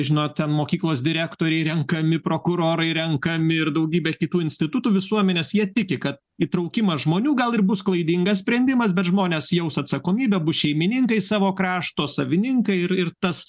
žinot ten mokyklos direktoriai renkami prokurorai renkami ir daugybė kitų institutų visuomenės jie tiki kad įtraukimas žmonių gal ir bus klaidingas sprendimas bet žmonės jaus atsakomybę bus šeimininkai savo krašto savininkai ir tas